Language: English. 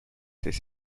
his